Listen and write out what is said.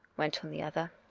went on the other.